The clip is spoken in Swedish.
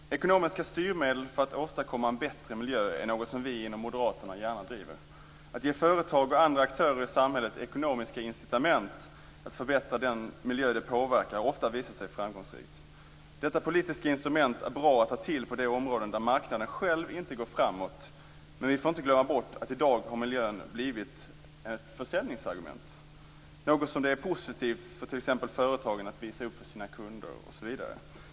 Fru talman! Ekonomiska styrmedel för att åstadkomma en bättre miljö är något som vi inom Moderaterna gärna driver. Att ge företag och andra aktörer i samhället ekonomiska incitament för att förbättra den miljö de påverkar har ofta visat sig framgångsrikt. Detta politiska instrument är bra att ta till på de områden där marknaden själv inte går framåt. Men vi får inte glömma bort att i dag har miljön blivit ett försäljningsargument, något som är positivt för företagen att visa upp för sina kunder.